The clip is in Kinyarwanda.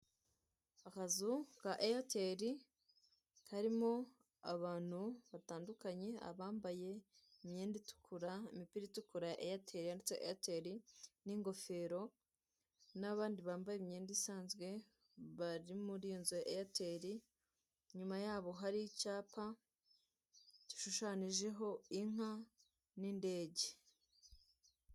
Akazu ka eyateri karimo abantu batandukanye; abambaye imyenda itukura imipira itukura yanditseho eyateri n'ingofero n'abandi bambaye imyenda isanzwe bari muriyo nzu ya eyateri inyuma yabo hari icyapa gishoshanyijeho inka n'indege.